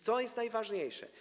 Co jest najważniejsze?